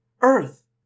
Earth